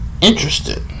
interested